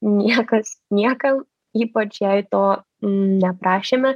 niekas niekam ypač jei to neprašėme